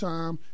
Time